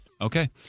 Okay